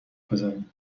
بزنی